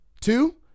Two